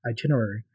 itinerary